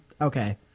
Okay